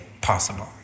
possible